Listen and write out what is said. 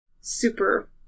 Super